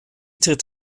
tritt